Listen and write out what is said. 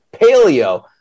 paleo